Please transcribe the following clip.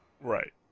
Right